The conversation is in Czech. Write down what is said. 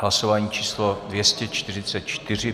Hlasování číslo 244.